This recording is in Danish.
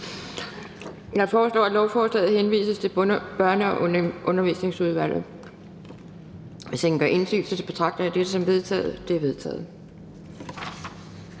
Jeg foreslår, at lovforslaget henvises til Børne- og Undervisningsudvalget. Hvis ingen gør indsigelse, betragter jeg det som vedtaget. Det er vedtaget.